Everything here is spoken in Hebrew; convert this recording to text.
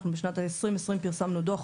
אנחנו בשנת 2020 פרסמנו דוח